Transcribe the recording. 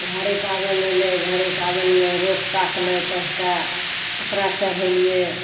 घड़ी पाबनि एलै घड़ी पाबनि मे रोट पाकलै पाँचटा ओकरा चढ़ेलियै